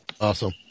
Awesome